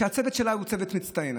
כשהצוות שלה הוא צוות מצטיין,